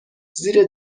زیر